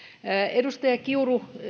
edustaja kiuru